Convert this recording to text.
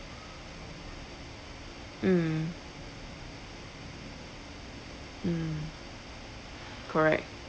mm mm correct